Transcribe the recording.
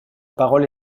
parole